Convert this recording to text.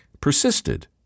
persisted